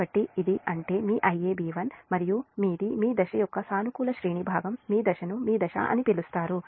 కాబట్టి ఇది అంటే మీ Iab1 మరియు మీది మీ దశ యొక్క సానుకూల శ్రేణి భాగం మీ దశ అని పిలుస్తారు